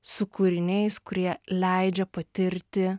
su kūriniais kurie leidžia patirti